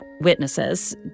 witnesses